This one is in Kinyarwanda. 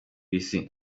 isi